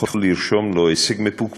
יכול לרשום לו הישג מפוקפק,